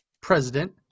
president